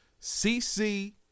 CC